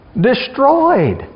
Destroyed